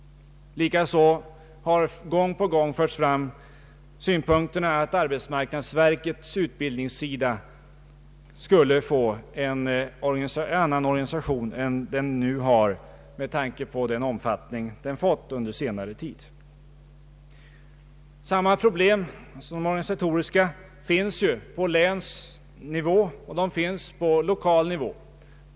Likaså har gång på gång förts fram synpunkten att arbetsmarknadsverkets utbildningsverksamhet skulle få en annan organisation än för närvarande med tanke på den omfattning den fått under senare tid. Samma problem, de organisatoriska, finns på länsnivå och även på lokal nivå.